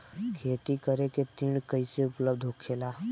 खेती करे के ऋण कैसे उपलब्ध होखेला?